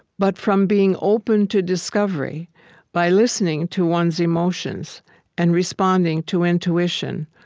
but from being open to discovery by listening to one's emotions and responding to intuition.